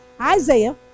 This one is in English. Isaiah